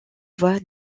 voie